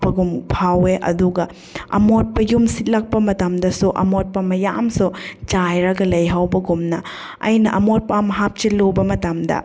ꯄꯒꯨꯝ ꯐꯥꯎꯌꯦ ꯑꯗꯨꯒ ꯑꯃꯣꯠꯄ ꯌꯨꯝ ꯁꯤꯠꯂꯛꯄ ꯃꯇꯝꯗꯁꯨ ꯑꯃꯣꯠꯄ ꯃꯌꯥꯝꯁꯨ ꯆꯥꯏꯔꯒ ꯂꯩꯍꯧꯕꯒꯨꯝꯅ ꯑꯩꯅ ꯑꯃꯣꯠꯄ ꯑꯃ ꯍꯥꯞꯆꯤꯜꯂꯨꯕ ꯃꯇꯝꯗ